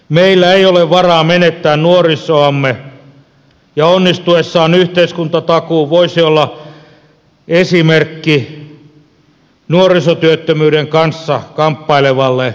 meillä ei ole varaa menettää nuorisoamme ja onnistuessaan yhteiskuntatakuu voisi olla esimerkki nuorisotyöttömyyden kanssa kamppailevalle euroopalle